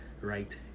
right